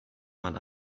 man